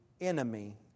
enemy